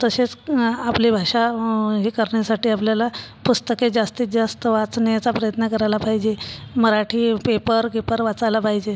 तसेच आपली भाषा हे करण्यासाठी आपल्याला पुस्तके जास्तीत जास्त वाचण्याचा प्रयत्न करायला पाहिजे मराठी पेपर गिपर वाचायला पाहिजे